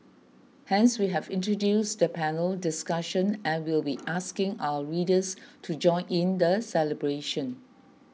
hence we have introduced the panel discussion and will be asking our readers to join in the celebration